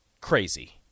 crazy